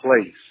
place